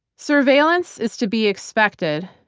surveillance is to be expected.